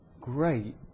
great